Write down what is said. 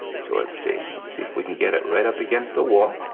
so let's see, let's see if we can get it right up against the wall